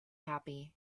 happy